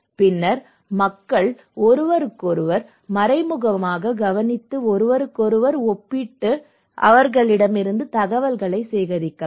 பின்னர் மக்கள் ஒருவருக்கொருவர் மறைமுகமாகக் கவனித்து ஒருவருக்கொருவர் ஒப்பிட்டு அவர்களிடமிருந்து தகவல்களை சேகரிக்கலாம்